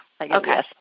Okay